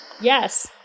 Yes